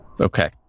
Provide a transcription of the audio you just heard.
Okay